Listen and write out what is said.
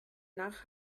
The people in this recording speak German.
nach